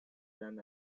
than